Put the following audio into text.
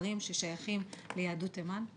וספרים ששייכים ליהדות תימן?